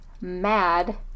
mad